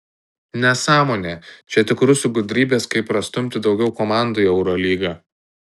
nesąmonė čia tik rusų gudrybės kaip prastumti daugiau komandų į eurolygą